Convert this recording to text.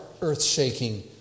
earth-shaking